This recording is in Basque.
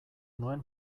nuen